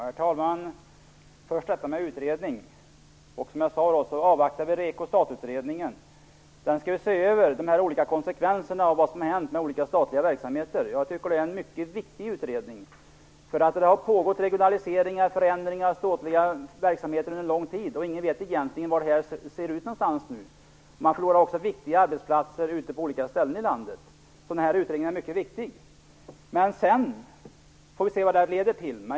Herr talman! Först frågan om utredning. Som jag sade avvaktar vi REKO-STAT-utredningen. Den skall se över de olika konsekvenserna av vad som hänt med olika statliga verksamheter. Jag tycker att det är en mycket viktig utredning. Det har pågått regionaliseringar och förändringar av statliga verksamheter under en lång tid, och ingen vet egentligen hur det här ser ut nu. Man förlorar också viktiga arbetsplatser på olika ställen i landet. Därför är den här utredningen mycket viktig. Vi får se vad den leder till.